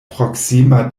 proksima